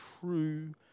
true